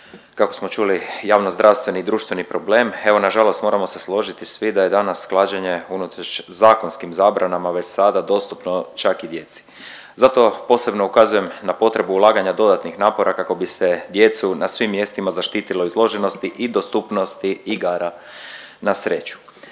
kako smo čuli javno zdravstveni i društveni problem. Evo na žalost moramo se složiti svi da je danas klađenje unatoč zakonskim zabranama već sada dostupno čak i djeci. Zato posebno ukazujem na potrebu ulaganja dodatnih napora kako bi se djecu na svim mjestima zaštitilo izloženosti i dostupnosti igara na sreću.